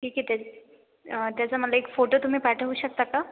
ठीक आहे त्याच त्याचा मला एक फोटो तुम्ही पाठवू शकता का